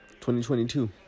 2022